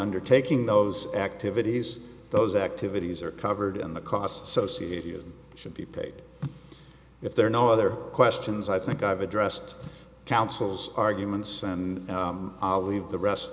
undertaking those activities those activities are covered and the costs associated you should be paid if there are no other questions i think i've addressed counsel's arguments and i'll leave the rest